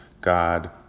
God